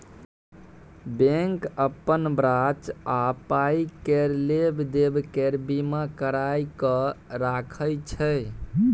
bank अपन branch आ पाइ केर लेब देब केर बीमा कराए कय राखय छै